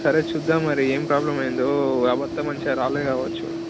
సరే చూద్దాం మరి ఏం ప్రాబ్లమ్ అయ్యిందో ఆ బస్తా మంచిగా రాలే కావచ్చు